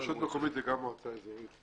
רשות מקומית זה גם מועצה אזורית.